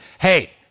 hey